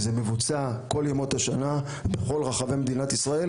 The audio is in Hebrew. זה מבוצע כל ימות השנה בכל רחבי מדינת ישראל.